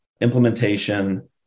implementation